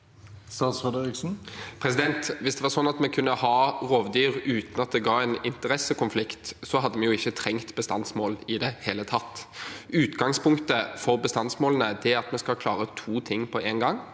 Bjelland Eriksen Hvis det var sånn at vi kunne ha rovdyr uten at det ga en interessekonflikt, hadde vi jo ikke trengt bestandsmål i det hele tatt. Utgangspunktet for bestandsmålene er at vi skal klare to ting på en gang.